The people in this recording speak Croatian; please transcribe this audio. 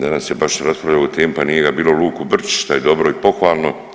Danas je baš raspravljao o temi pa nije ga bilo Luku Brčića što je dobro i pohvalno.